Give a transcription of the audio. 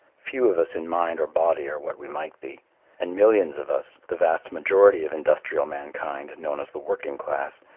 few of us in mind or body are what we might be and millions of us, the vast majority of industrial mankind known as the working class,